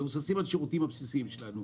מבוססים על השירותים הבסיסיים שלנו,